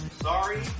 Sorry